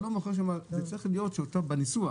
בניסוח